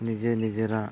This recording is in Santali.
ᱱᱤᱡᱮ ᱱᱤᱡᱮᱨᱟᱜ